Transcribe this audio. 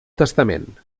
testament